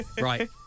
Right